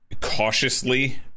cautiously